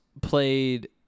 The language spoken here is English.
played